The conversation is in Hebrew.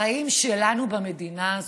החיים שלנו במדינה הזאת.